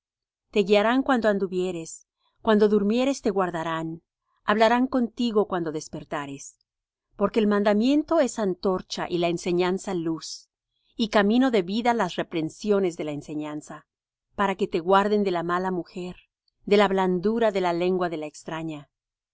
te guiarán cuando anduvieres cuando durmieres te guardarán hablarán contigo cuando despertares porque el mandamiento es antorcha y la enseñanza luz y camino de vida las reprensiones de la enseñanza para que te guarden de la mala mujer de la blandura de la lengua de la extraña